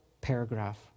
paragraph